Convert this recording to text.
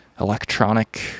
electronic